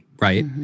Right